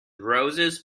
roses